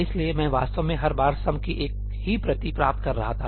इसलिए मैं वास्तव में हर बार sum की एक ही प्रति प्राप्त कर रहा था